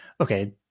okay